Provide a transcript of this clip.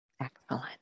excellent